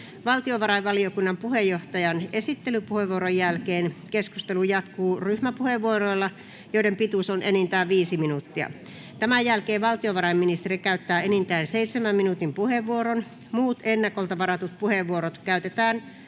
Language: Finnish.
Valtiovarainvaliokunnan puheenjohtajan esittelypuheenvuoron jälkeen keskustelu jatkuu ryhmäpuheenvuoroilla, joiden pituus on enintään 5 minuuttia. Tämän jälkeen valtiovarainministeri käyttää enintään 7 minuutin puheenvuoron. Muut ennakolta varatut puheenvuorot käytetään